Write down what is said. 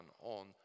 on